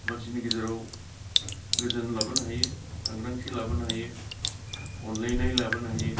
मानसिनि गेजेराव गोजोन लाबोनो हायो सांग्रांथि लाबोनो हायो अनलायनाय लाबोनो हायो